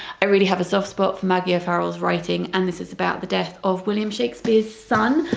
i really have a soft spot for maggie o'farrell's writing and this is about the death of william shakespeare's son.